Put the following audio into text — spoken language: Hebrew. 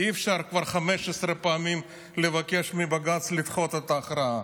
אי-אפשר כבר 15 פעמים לבקש מבג"ץ לדחות את ההכרעה.